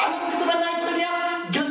i do